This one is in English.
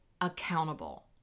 accountable